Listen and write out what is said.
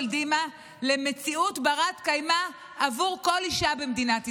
דימה למציאות בת-קיימא בעבור כל אישה במדינת ישראל.